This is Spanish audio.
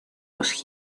los